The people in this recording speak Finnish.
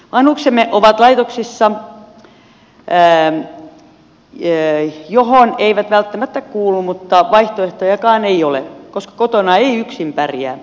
vanhuksemme ovat laitoksissa joihin eivät välttämättä kuulu mutta vaihtoehtojakaan ei ole koska kotona ei yksin pärjää